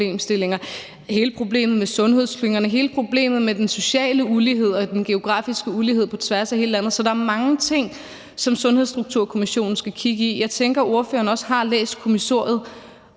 problemstillinger; der er hele problemet med sundhedsklyngerne og hele problemet med den sociale ulighed og den geografiske ulighed på tværs af hele landet. Så der er mange ting, som Sundhedsstrukturkommissionen skal kigge på. Jeg tænker, at ordføreren også har læst kommissoriet.